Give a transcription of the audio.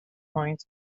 point